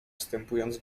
wstępując